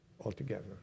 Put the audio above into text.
altogether